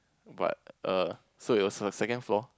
but err so it was a second floor